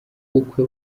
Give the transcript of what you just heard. ubukwe